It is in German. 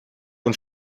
und